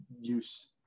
use